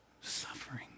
suffering